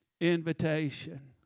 invitation